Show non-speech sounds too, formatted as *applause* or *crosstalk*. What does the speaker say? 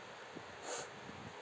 *breath*